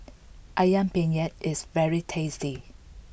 Ayam Penyet is very tasty